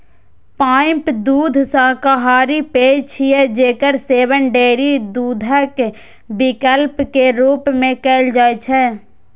pipe दूध शाकाहारी पेय छियै, जेकर सेवन डेयरी दूधक विकल्प के रूप मे कैल जाइ छै